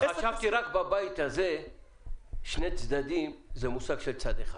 חשבתי שרק בבית הזה שני צדדים זה מושג של צד אחד.